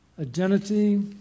identity